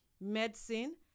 medicine